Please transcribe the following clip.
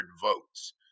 votes